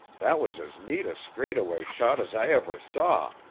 that was as neat a straightaway shot as i ever saw.